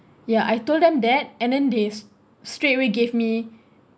ya I told them that and then they straight away gave me